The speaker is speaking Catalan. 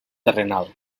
terrenal